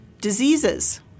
Diseases